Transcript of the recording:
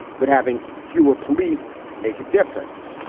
we're having fewer police make a difference.